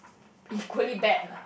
equally bad lah